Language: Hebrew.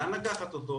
לאן לקחת אותו,